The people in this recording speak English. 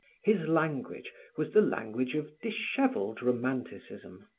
his language was the language of disheveled romanticism,